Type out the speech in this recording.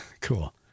Cool